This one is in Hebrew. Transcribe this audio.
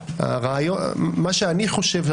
מה שאני חושב,